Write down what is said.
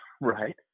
right